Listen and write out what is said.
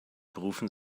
berufen